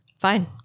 Fine